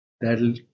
that'll